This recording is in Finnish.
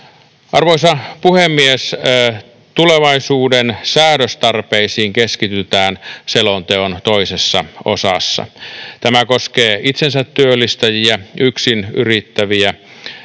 Arvoisa puhemies! Tulevaisuuden säädöstarpeisiin keskitytään selonteon toisessa osassa. Tämä koskee itsensätyöllistäjiä, yksinyrittäviä